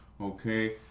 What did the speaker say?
okay